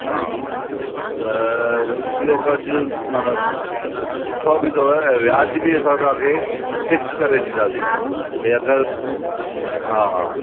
हा त इहो कर्ज़ु माना सु सुठो बि अथव ऐं वियाज बि असां तव्हांखे फिक्स करे ॾींदासीं ॿई अगरि हा हा